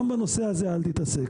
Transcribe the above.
גם בנושא הזה אל תתעסק.